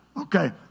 okay